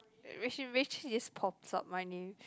Rachel Rachel just pops up my name